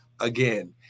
again